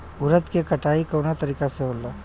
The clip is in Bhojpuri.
उरद के कटाई कवना तरीका से होला?